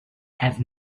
have